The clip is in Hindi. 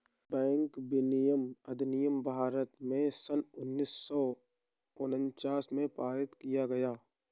बैंक विनियमन अधिनियम भारत में सन उन्नीस सौ उनचास में पारित किया गया था